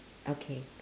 okay